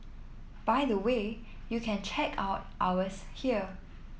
by the way you can check out ours here